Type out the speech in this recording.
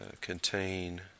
contain